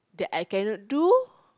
that I cannot do